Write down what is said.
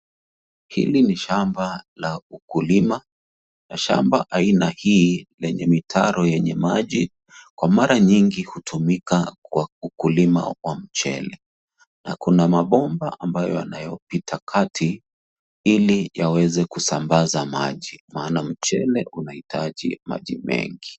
Hili ni shamba la ukulima na shamba aina hii lenye mitaro yenye maji kwa mara nyingi hutumika Kwa ukulima wa mchele na kuna mabomba ambayo yanayopita kati, ili yaweze kusambaza maji maana mchele unahitaji maji mengi.